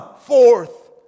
forth